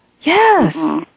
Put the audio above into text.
Yes